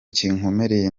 kinkomereye